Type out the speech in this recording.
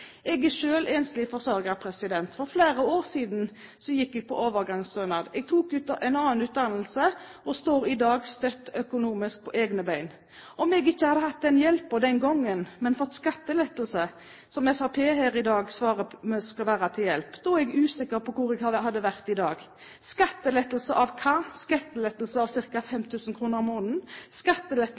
Jeg er selv enslig forsørger. For flere år siden gikk jeg på overgangsstønad. Jeg tok en annen utdannelse og står i dag støtt økonomisk på egne bein. Om jeg ikke hadde hatt den hjelpen den gangen, men fått skattelettelser som Fremskrittspartiet her i dag svarer skal være til hjelp, er jeg usikker på hvor jeg hadde vært i dag. Skattelettelse av hva? Skattelettelse av ca. 5 000 kr per måned? Skattelettelse